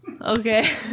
Okay